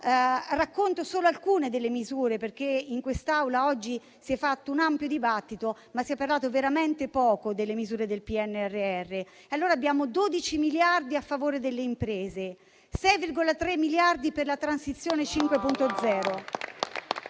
allora solo su alcune delle misure perché in quest'Aula oggi si è svolto un ampio dibattito, ma si è parlato veramente poco delle misure del PNRR. Abbiamo 12 miliardi a favore delle imprese, 6,3 miliardi per la Transizione 5.0